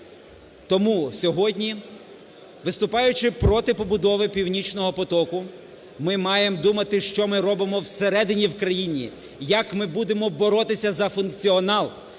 Тому сьогодні, виступаючи проти побудови "Північного потоку", ми маємо думати, що ми робимо всередині в країні, як ми будемо боротися за функціонал,